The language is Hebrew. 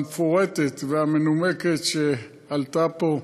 המפורטת והמנומקת שעלתה פה.